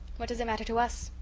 what does it matter to us?